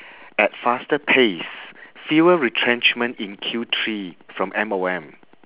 at faster pace fewer retrenchment in Q three from M_O_M